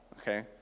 Okay